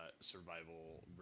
survival